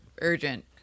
urgent